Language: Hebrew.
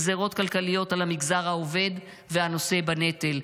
גזרות כלכליות על המגזר העובד והנושא בנטל.